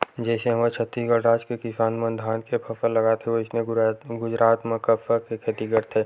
जइसे हमर छत्तीसगढ़ राज के किसान मन धान के फसल लगाथे वइसने गुजरात म कपसा के खेती करथे